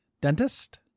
Dentist